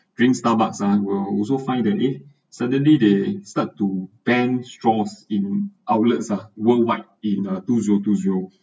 drink starbucks ah will also find that eh suddenly they start to ban straws in outlets uh worldwide in uh two zero two zero